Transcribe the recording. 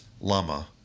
Lama